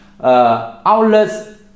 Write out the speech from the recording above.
outlet's